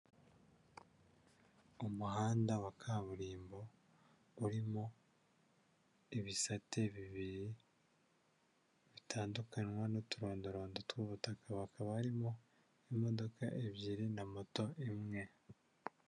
Umuhanda wa kaburimbo urimo ibisate bibiri, bitandukanywa n'uturondorondo tw'ubutaka, hakaba harimo imodoka ebyiri na moto imwe.